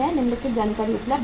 निम्नलिखित जानकारी उपलब्ध हैं